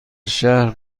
شهر